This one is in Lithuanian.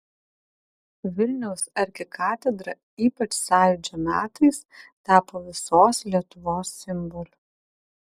vilniaus arkikatedra ypač sąjūdžio metais tapo visos lietuvos simboliu